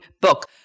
book